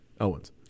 Owens